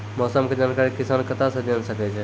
मौसम के जानकारी किसान कता सं जेन सके छै?